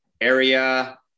area